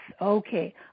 Okay